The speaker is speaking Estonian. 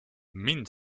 mind